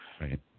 Right